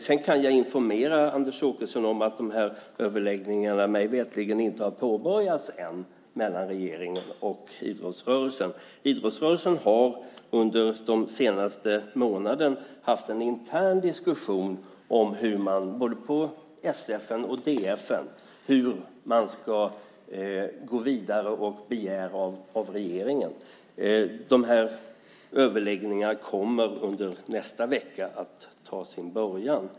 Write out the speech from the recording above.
Sedan kan jag informera Anders Åkesson om att dessa överläggningar mellan regeringen och idrottsrörelsen mig veterligt inte har påbörjats än. Idrottsrörelsen har under den senaste månaden haft en intern diskussion, både inom special och distriktsidrottsförbunden, om hur man ska gå vidare med sin begäran till regeringen. Överläggningarna kommer att ta sin början under nästa vecka.